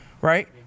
Right